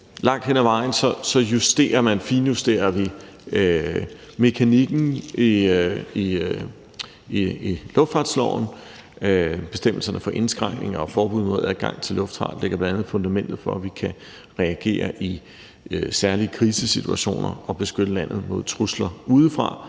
Langt hen ad vejen finjusterer vi mekanikken i luftfartsloven. Bestemmelserne for indskrænkning af og forbud mod adgang til luftfart lægger bl.a. fundamentet for, at vi kan reagere i særlige krisesituationer og beskytte landet mod trusler udefra.